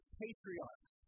patriarchs